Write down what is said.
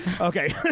Okay